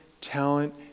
talent